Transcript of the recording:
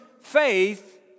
faith